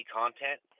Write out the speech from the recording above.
content